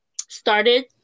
started